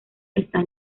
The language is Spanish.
está